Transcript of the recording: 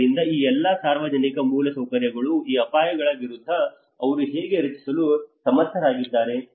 ಆದ್ದರಿಂದ ಈ ಎಲ್ಲಾ ಸಾರ್ವಜನಿಕ ಮೂಲಸೌಕರ್ಯಗಳು ಈ ಅಪಾಯಗಳ ವಿರುದ್ಧ ಅವರು ಹೇಗೆ ರಕ್ಷಿಸಲು ಸಮರ್ಥರಾಗಿದ್ದಾರೆ